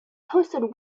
posted